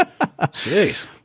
Jeez